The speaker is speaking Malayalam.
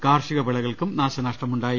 കാർഷിക വിളകൾക്കും നാശനഷ്ടമുണ്ടായി